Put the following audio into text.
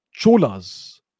Cholas